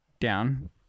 down